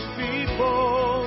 people